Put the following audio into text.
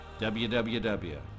WWW